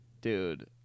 dude